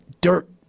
dirt